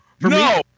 no